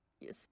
yes